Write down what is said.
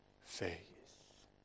faith